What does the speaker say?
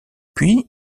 puis